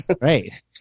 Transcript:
Right